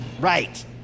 Right